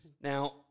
Now